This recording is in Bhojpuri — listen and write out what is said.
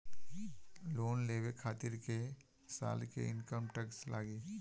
लोन लेवे खातिर कै साल के इनकम टैक्स लागी?